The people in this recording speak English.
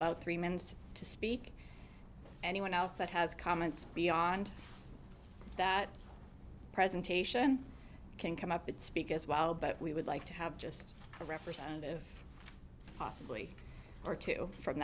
three minutes to speak anyone else that has comments beyond that presentation can come up and speak as well but we would like to have just a representative possibly or two from